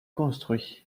construits